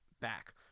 back